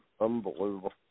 Unbelievable